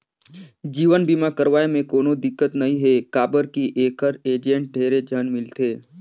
जीवन बीमा करवाये मे कोनो दिक्कत नइ हे काबर की ऐखर एजेंट ढेरे झन मिलथे